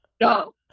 no